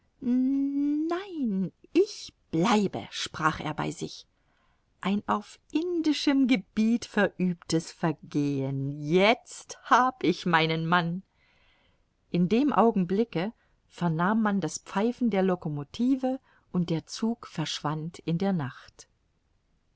nein ich bleibe sprach er bei sich ein auf indischem gebiet verübtes vergehen jetzt hab ich meinen mann in dem augenblicke vernahm man das pfeifen der locomotive und der zug verschwand in der nacht